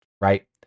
right